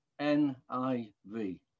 NIV